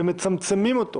ומצמצמים אותו